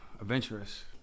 Adventurous